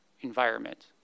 environment